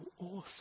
awesome